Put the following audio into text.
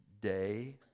day